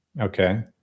okay